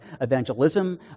evangelism